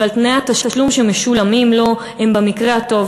אבל תנאי התשלום שלפיהם משלמים לו הם במקרה הטוב